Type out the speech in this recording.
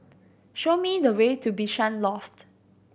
show me the way to Bishan Loft